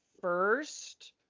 first